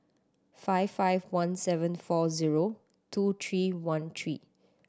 five five one seven four zero two three one three